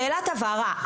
שאלת הבהרה,